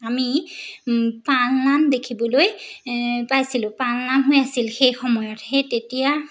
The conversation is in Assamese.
আমি পালনাম দেখিবলৈ পাইছিলোঁ পালনাম হৈ আছিল সেই সময়ত সেই তেতিয়া